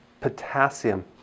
potassium